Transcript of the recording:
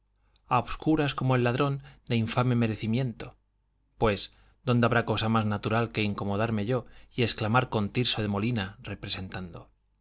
a obscuras como el ladrón de infame merecimiento pues dónde habrá cosa más natural que incomodarme yo y exclamar con tirso de molina